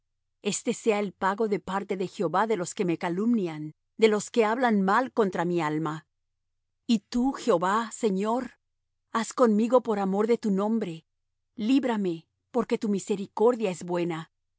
este sea el pago de parte de jehová de los que me calumnian y de los que hablan mal contra mi alma y tú jehová señor haz conmigo por amor de tu nombre líbrame porque tu misericordia es buena